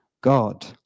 God